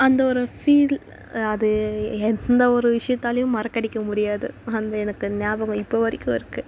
அந்த ஒரு ஃபீல் அது எந்த ஒரு விஷயத்தாலையும் மறக்கடிக்க முடியாது அந்த எனக்கு ஞாபகம் இப்போ வரைக்கும் இருக்குது